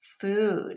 food